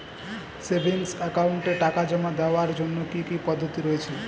Savings একাউন্টে টাকা জমা দেওয়ার জন্য কি কি পদ্ধতি রয়েছে?